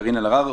קארין אלהרר,